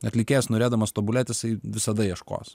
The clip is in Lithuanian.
atlikėjas norėdamas tobulėt jisai visada ieškos